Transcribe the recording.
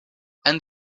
and